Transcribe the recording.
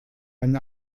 einen